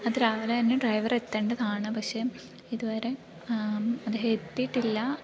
അത് രാവിലെ തന്നെ ഡ്രൈവർ എത്തേണ്ടതാണ് പക്ഷേ ഇതുവരെ അദ്ദേഹം എത്തീട്ടില്ല